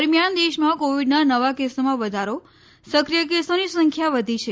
દરમિયાન દેશમાં કોવિડના નવા કેસોમાં વધારો સક્રિય કેસોની સંખ્યા વધી છે